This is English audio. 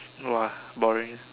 !wah! boring